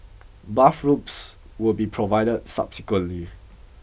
bathrobes will be provided subsequently